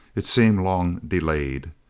it seemed long delayed.